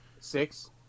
six